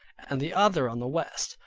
and the other on the west.